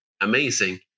amazing